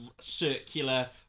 circular